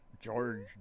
george